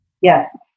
Yes